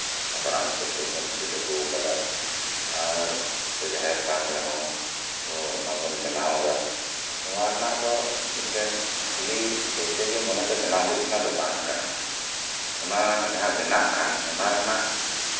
ᱦᱟᱯᱲᱟᱢ ᱠᱚ ᱴᱷᱮᱱ ᱠᱷᱚᱱ ᱵᱚᱱ ᱪᱮᱫ ᱟᱜᱩᱣᱟᱠᱟᱫᱟ ᱟᱨ ᱥᱮ ᱡᱟᱦᱮᱨ ᱛᱷᱟᱱ ᱨᱮᱦᱚᱸ ᱠᱷᱚᱬ ᱢᱟᱵᱚᱱ ᱵᱮᱱᱟᱣᱫᱟ ᱱᱚᱣᱟ ᱨᱮᱱᱟᱜ ᱫᱚ ᱢᱤᱫᱴᱮᱱ ᱠᱷᱟᱞᱤ ᱡᱮᱭᱥᱮ ᱜᱮ ᱢᱚᱱᱮ ᱛᱮ ᱵᱮᱱᱟᱣ ᱦᱩᱭᱩᱜ ᱠᱟᱱᱟ ᱱᱚᱝᱠᱟ ᱫᱚ ᱵᱟᱝ ᱠᱟᱱᱟ ᱚᱱᱟ ᱡᱦᱟᱸ ᱵᱮᱱᱟᱜ ᱠᱟᱱ ᱚᱱᱟ ᱨᱮᱱᱟᱜ